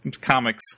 comics